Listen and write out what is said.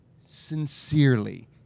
sincerely